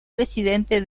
presidente